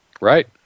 Right